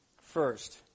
First